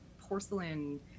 porcelain